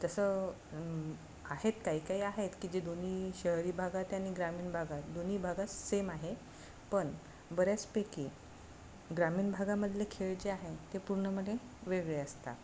तसं आहेत काही काही आहेत की जे दोन्ही शहरी भागात आणि ग्रामीण भागात दोन्ही भागात सेम आहे पण बऱ्याचपैकी ग्रामीण भागामधले खेळ जे आहे ते पूर्ण मध्ये वेगळे असतात